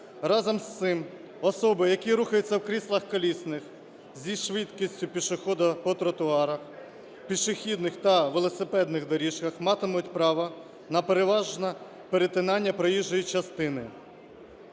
Разом з цим особи, які рухаються в кріслах колісних зі швидкістю пішохода по тротуарах, пішохідних та велосипедних доріжках, матимуть право на переважне перетинання проїжджої частини.